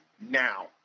now